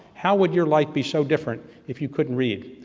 how would your life be so different if you couldn't read?